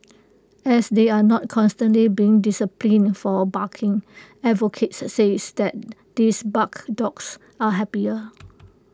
as they are not constantly being disciplined for barking advocates says that this barked dogs are happier